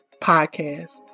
Podcast